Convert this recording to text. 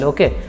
Okay